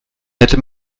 hätte